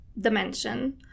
dimension